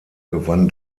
gewann